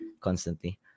constantly